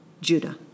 Judah